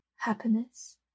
happiness